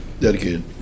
dedicated